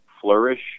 flourish